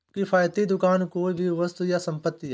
किफ़ायती दुकान कोई भी वस्तु या संपत्ति है